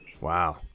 Wow